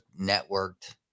networked